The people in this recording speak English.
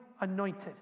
anointed